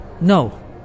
no